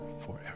forever